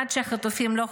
עד שהחטופים לא חוזרים,